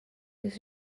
use